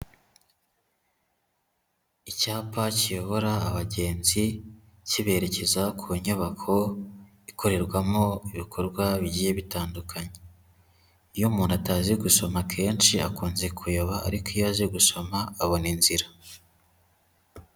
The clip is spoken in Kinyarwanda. Icyapa kiyobora abagenzi kiberekeza ku nyubako, ikorerwamo ibikorwa bigiye bitandukanye. Iyo umuntu atazi gusoma akenshi akunze kuyoba, ariko iyo azi gusoma abona inzira.